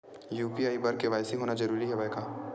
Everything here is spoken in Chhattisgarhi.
यू.पी.आई बर के.वाई.सी होना जरूरी हवय का?